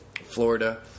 Florida